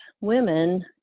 women